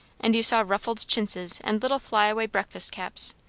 and you saw ruffled chintzes and little fly-away breakfast-caps,